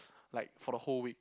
like for the whole week